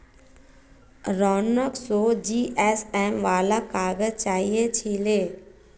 रोहनक सौ जीएसएम वाला काग़ज़ चाहिए छिले